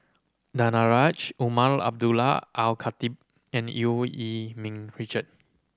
Danaraj Umar Abdullah Al Khatib and Eu Yee Ming Richard